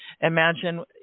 Imagine